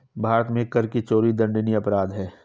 भारत में कर की चोरी दंडनीय अपराध है